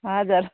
हजुर